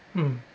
mm